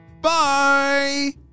Bye